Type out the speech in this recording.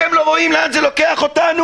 אתם לא רואים לאן זה לוקח אותנו?